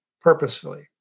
purposefully